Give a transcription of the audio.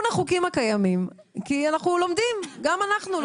החוקים הקיימים כי גם אנחנו לומדים מטעויות.